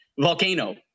Volcano